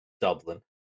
Dublin